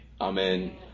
Amen